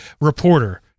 reporter